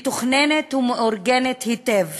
מתוכננת ומאורגנת היטב